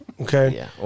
Okay